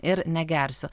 ir negersiu